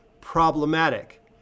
problematic